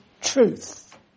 truth